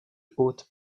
hautes